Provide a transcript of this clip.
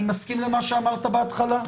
אני מסכים למה שאמרת בהתחלה.